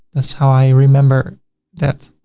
that's how i remember that.